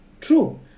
True